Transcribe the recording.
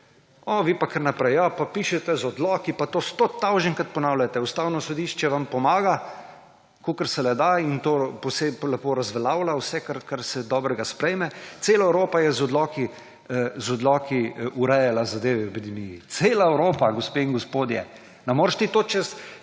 Vi pa kar naprej, češ, ja, pišete z odloki, in to stotisočkrat ponavljate. Ustavno sodišče vam pomaga, kolikor se le da, in lepo razveljavlja vse, kar se dobrega sprejme. Cela Evropa je z odloki urejala zadeve v epidemiji. Cela Evropa, gospe in gospodje! Ne moreš ti čez